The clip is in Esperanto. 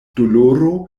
doloro